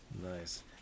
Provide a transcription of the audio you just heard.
Nice